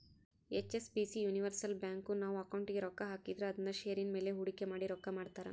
HSBC universal bank, ನಾವು ಅಕೌಂಟಿಗೆ ರೊಕ್ಕ ಹಾಕಿದ್ರ ಅದುನ್ನ ಷೇರಿನ ಮೇಲೆ ಹೂಡಿಕೆ ಮಾಡಿ ರೊಕ್ಕ ಮಾಡ್ತಾರ